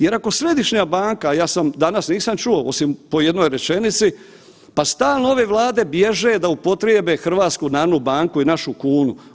Jer ako središnja banka, ja sam, danas nisam čuo osim po jednoj rečenici, pa stalo ove Vlade bježe da upotrijebe HNB i našu kunu.